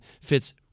fits